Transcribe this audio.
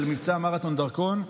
של מבצע מרתון דרכון,